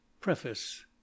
Preface